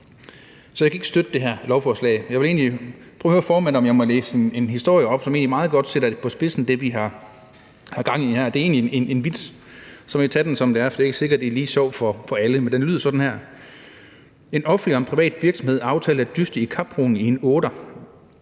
Så jeg kan ikke støtte det her lovforslag. Jeg vil høre formanden, om jeg må læse en historie op, som egentlig meget godt sætter det, vi har gang i her, på spidsen. Det er egentlig en vits, så I må tage den, som det er, for det er ikke sikkert, at den er lige sjov for alle. Men den lyder sådan her: En offentlig og en privat virksomhed aftalte at dyste i kaproning i en otter.